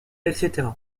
etc